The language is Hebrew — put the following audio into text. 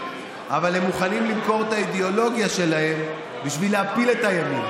אבל הם מוכנים למכור את האידיאולוגיה שלהם בשביל להפיל את הימין,